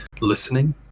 listening